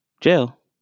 jail